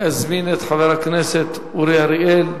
אזמין את חבר הכנסת אורי אריאל,